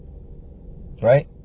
Right